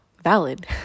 valid